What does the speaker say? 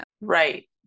right